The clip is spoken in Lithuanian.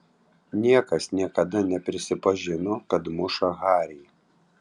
niekas niekada neprisipažino kad muša harį